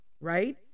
right